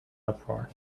uproar